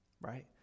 right